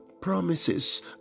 promises